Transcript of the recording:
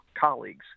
colleagues